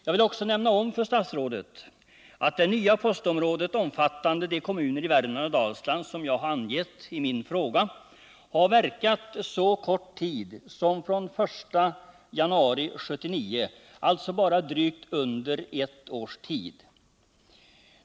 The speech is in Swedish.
Jag vill också för statsrådet nämna att det nya postområdet, omfattande de kommuner i Värmland och Dalsland som jag har angett i min fråga, har funnits så kort tid som från den 1 januari 1979 — alltså under bara drygt ett års tid.